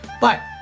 but.